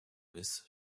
his